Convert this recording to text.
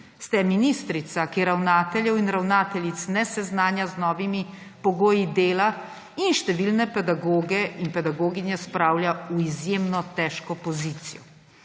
Ste ministrica, ki ravnateljev in ravnateljic ne seznanja z novimi pogoji dela in številne pedagoge in pedagoginje spravlja v izjemno težko pozicijo.